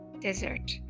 desert